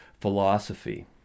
philosophy